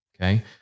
Okay